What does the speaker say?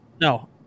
no